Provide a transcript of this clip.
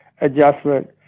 adjustment